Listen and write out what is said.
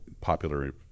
popular